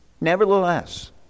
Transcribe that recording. Nevertheless